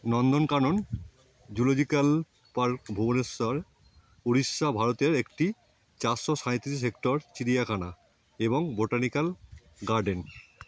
নন্দন Kanan zoological park Bhubaneswar Orissa ভারতের একটি চারশো সাঁইত্রিশ হেক্টর চিড়িয়াখানা এবং বোটানিক্যাল গার্ডেন